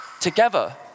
together